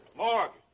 morgan.